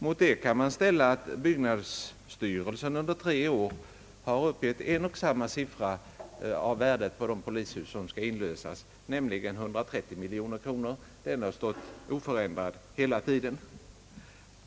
Mot detta kan man ställa att byggnadsstyrelsen under tre år har uppgivit en och samma siffra för värdet av de polishus som skall inlösas, nämligen 130 miljoner kronor. Denna siffra har stått oförändrad hela tiden.